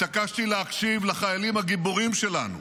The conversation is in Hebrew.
התעקשתי להקשיב לחיילים הגיבורים שלנו,